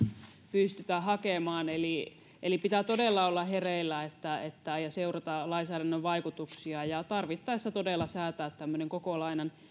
pystytä hakemaan eli eli pitää todella olla hereillä ja seurata lainsäädännön vaikutuksia ja tarvittaessa todella säätää tämmöinen koko lainan